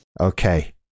Okay